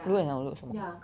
如果你要 load 什么